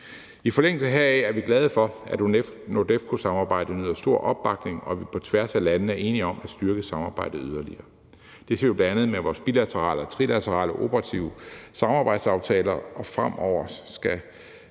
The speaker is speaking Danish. I forlængelse heraf er vi glade for, at NORDEFCO-samarbejdet nyder stor opbakning, og at vi på tværs af landene er enige om at styrke samarbejdet yderligere. Det ser vi bl.a. med vores bilaterale og trilaterale operative samarbejdsaftaler, og fremover skal